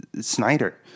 Snyder